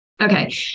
Okay